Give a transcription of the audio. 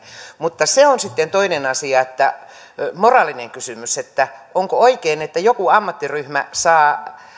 mutta se on sitten toinen asia moraalinen kysymys onko oikein että joku ammattiryhmä saa